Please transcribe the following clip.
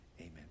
Amen